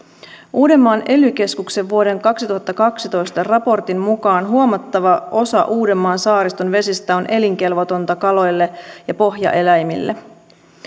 uudenmaan ely keskuksen vuoden kaksituhattakaksitoista raportin mukaan huomattava osa uudenmaan saariston vesistä on elinkelvotonta kaloille ja pohjaeläimille